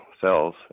cells